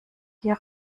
hier